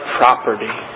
property